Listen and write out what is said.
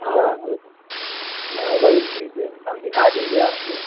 हाँ हाँ वही चीज़ हम दिखा देंगे आपको